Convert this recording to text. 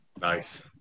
Nice